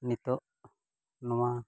ᱱᱤᱛᱳᱜ ᱱᱚᱣᱟ